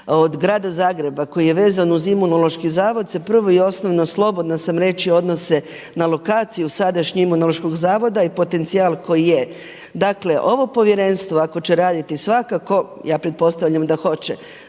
od grada Zagreba koji je vezan uz Imunološki zavod se prvo i osnovno, slobodna sam reći odnose na lokaciju sadašnjeg imunološkog zavoda i potencijal koji je. Dakle ovo povjerenstvo ako će raditi, svakako, ja pretpostavljam da hoće,